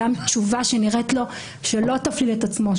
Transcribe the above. גם תשובה שנראית לו שלא תפליל את עצמו,